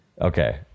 Okay